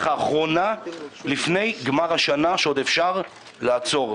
האחרונה לפני גמר השנה שעוד אפשר לעצור.